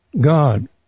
God